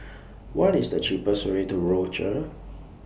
What IS The cheapest Way to Rochor